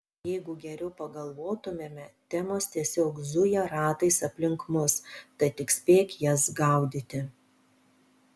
jeigu geriau pagalvotumėme temos tiesiog zuja ratais aplink mus tad tik spėk jas gaudyti